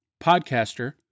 podcaster